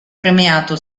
premiato